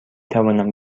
توانم